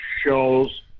shows